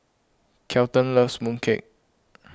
Kelton loves mooncake